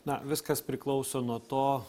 na viskas priklauso nuo to